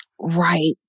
Right